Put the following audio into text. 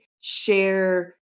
share